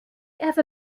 ever